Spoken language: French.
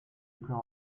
plan